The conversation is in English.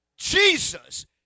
jesus